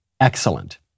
excellent